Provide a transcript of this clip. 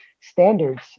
standards